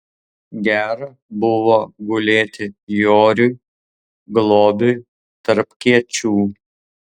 gera buvo gulėti joriui globiui tarp kiečių